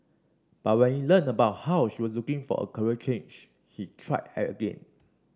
but when he learnt about how she was looking for a career change he tried again